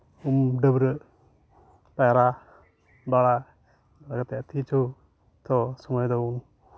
ᱩᱢ ᱰᱟᱹᱵᱨᱟᱹᱜ ᱯᱟᱭᱨᱟᱜ ᱚᱱᱠᱟ ᱠᱟᱛᱮ ᱥᱚᱢᱚᱭ ᱫᱚ